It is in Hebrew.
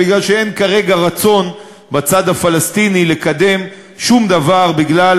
מפני שאין כרגע רצון בצד הפלסטיני לקדם שום דבר בגלל